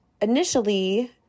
initially